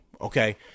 Okay